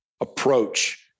approach